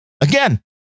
again